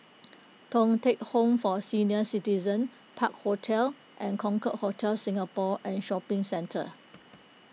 Thong Teck Home for Senior Citizens Park Hotel and Concorde Hotel Singapore and Shopping Centre